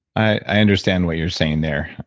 i understand what you're saying there,